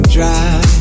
Drive